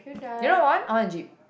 you don't want I want a jeep